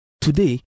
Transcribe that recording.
Today